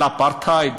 על אפרטהייד?